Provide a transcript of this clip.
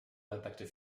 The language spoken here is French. l’impact